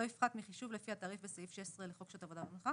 יפחת מחישוב לפי התעריף בסעיף 16 לשעות עבודה ומנוחה